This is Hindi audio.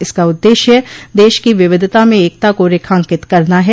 इसका उद्देश्य देश की विविधता में एकता को रेखांकित करना है